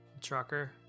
trucker